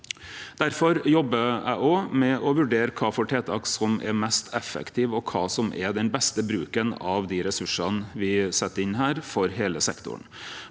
Difor jobbar eg òg med å vurdere kva for tiltak som er mest effektive, og kva som er den beste bruken av dei ressursane me set inn her, for heile sektoren.